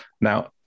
now